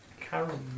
caramel